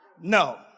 No